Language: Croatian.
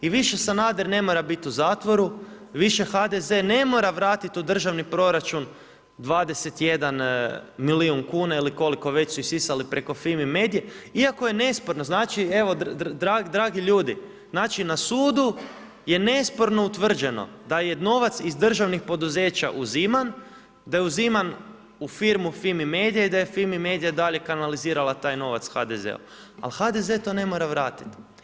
I više Sanader ne mora biti u zatvoru, više HDZ ne mora vratiti u državni proračun 21 milijun kuna ili koliko već su isisali preko Fimi Medie iako je nesporno, znači evo dragi ljudi, znači na sudu je nesporno utvrđeno da je novac iz državnih poduzeća uziman, daje uziman u firmu Fimi Media i da je Fimi Media dalje kanalizirala taj novac HDZ-u. ali HDZ to ne mora vratiti.